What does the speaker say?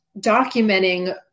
documenting